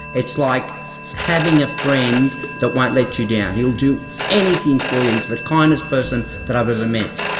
it's like having a friend that won't let you down, he'll do anything for you. he is the kindest person that i have ever met.